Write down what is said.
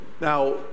Now